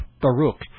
Baruch